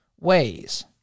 ways